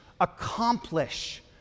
accomplish